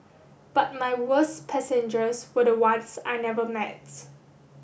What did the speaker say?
but my worst passengers were the ones I never